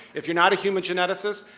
if you're not a human geneticist,